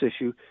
issue